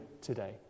today